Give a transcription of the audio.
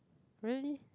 really